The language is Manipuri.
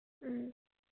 ꯎꯝ